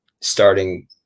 starting